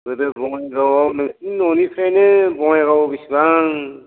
गोदो बङाइगावआव नोंसिनि न'निफ्रायनो बङाइगावआव बिसिबां